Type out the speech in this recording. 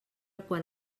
quan